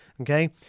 Okay